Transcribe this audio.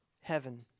heaven